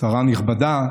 שרה נכבדה,